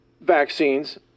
vaccines